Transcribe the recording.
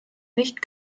nicht